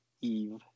Eve